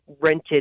rented